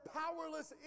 powerless